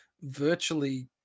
virtually